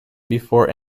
before